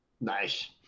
Nice